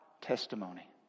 testimony